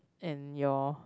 and your